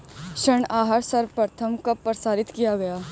ऋण आहार सर्वप्रथम कब प्रसारित किया गया?